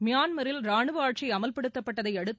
மியான்மில் ரானுவ ஆட்சி அமல்படுத்தப்பட்டதை அடுத்து